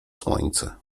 słońce